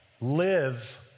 live